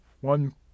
one